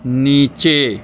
نیچے